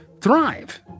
thrive